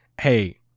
Hey